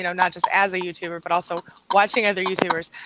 you know not just as a youtuber, but also watching other youtubers,